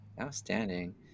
Outstanding